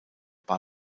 bei